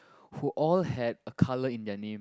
who all have a colour in their name